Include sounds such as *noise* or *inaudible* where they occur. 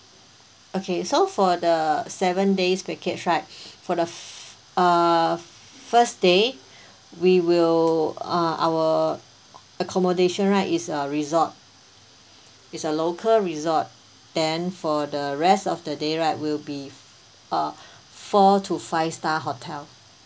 okay so for the seven days package right *breath* for the f~ uh first day *breath* we will uh our accommodation right is a resort it's a local resort then for the rest of the day right we'll be f~ uh *breath* four to five star hotel